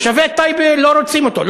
תושבי טייבה לא רוצים אותו,